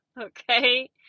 Okay